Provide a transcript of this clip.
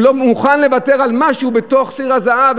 הוא לא מוכן לוותר על משהו בתוך סיר הזהב,